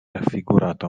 raffigurata